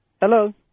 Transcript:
Hello